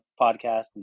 podcast